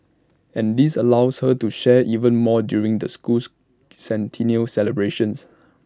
and this allows her to share even more during the school's centennial celebrations